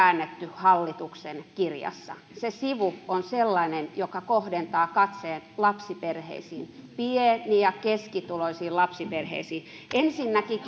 käännetty hallituksen kirjassa se sivu on sellainen joka kohdentaa katseet lapsiperheisiin pieni ja keskituloisiin lapsiperheisiin ensinnäkin